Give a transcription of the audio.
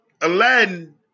Aladdin